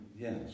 yes